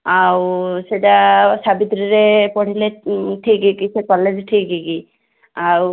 ଆଉ ସେଟା ସାବିତ୍ରୀରେ ପଢ଼ିଲେ ଠିକ୍ କି ସେ କଲେଜ୍ ଠିକ୍ କି ଆଉ